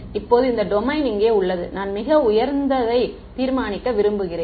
இப்போது இந்த டொமைன் இங்கே உள்ளது நான் மிக உயர்ந்ததை தீர்மானிக்க விரும்புகிறேன்